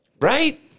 Right